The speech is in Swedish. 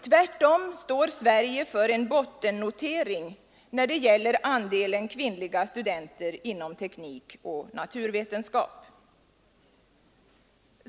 Tvärtom står Sverige för en bottennotering när det gäller andelen kvinnliga studenter inom teknik och naturvetenskap.